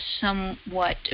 somewhat